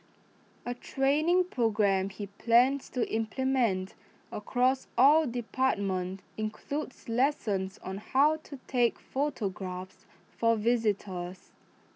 A training programme he plans to implement across all departments includes lessons on how to take photographs for visitors